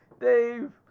Dave